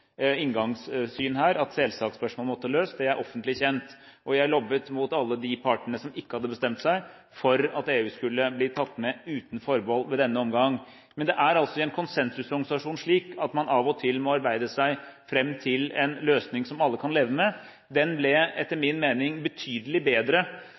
inngangssyn i at selsakspørsmålet måtte løses, og det er offentlig kjent. Jeg lobbet mot alle de partene som ikke hadde bestemt seg, for at EU, uten forbehold, skulle bli tatt med i denne omgang. Men det er altså i en konsensusorganisasjon, slik at man av og til må arbeide seg fram til en løsning som alle kan leve med. Den ble etter min mening betydelig bedre